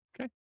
okay